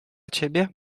ciebie